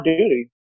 duty